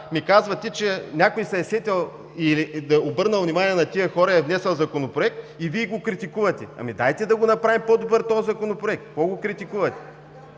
ми казвате, че някой се е сетил или е обърнал внимание на тези хора, внесъл е законопроект и Вие го критикувате. Ами, дайте да го направим по добър този Законопроект, какво го критикувате?!